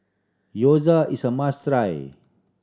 gyoza is a must try